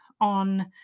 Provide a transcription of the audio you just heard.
on